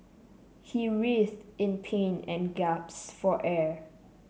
he writhed in pain and gasped for air